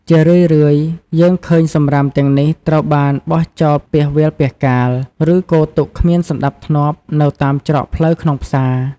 ជារឿយៗ យើងឃើញសំរាមទាំងនេះត្រូវបានបោះចោលពាសវាលពាសកាល ឬគរទុកគ្មានសណ្ដាប់ធ្នាប់នៅតាមច្រកផ្លូវក្នុងផ្សារ។